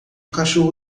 cachorro